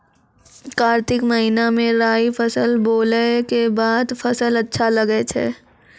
कार्तिक महीना मे राई फसल बोलऽ के बाद फसल अच्छा लगे छै